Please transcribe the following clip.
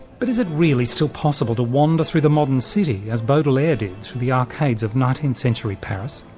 but is it really still possible to wander through the modern city as baudelaire did through the arcades of nineteenth century paris?